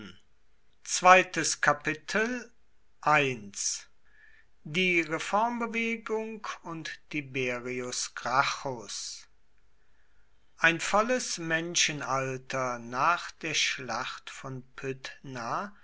die reformbewegung und tiberius gracchus ein volles menschenalter nach der schlacht von pydna